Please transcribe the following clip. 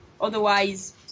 otherwise